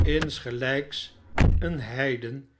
insgelijk een heiden